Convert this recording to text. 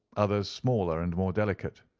others smaller and more delicate.